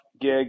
gig